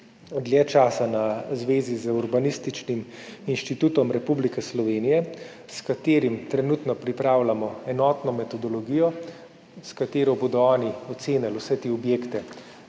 na zvezi z Urbanističnim inštitutom Republike Slovenije, s katerim trenutno pripravljamo enotno metodologijo, s katero bodo oni ocenili vse te objekte,